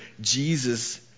Jesus